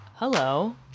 Hello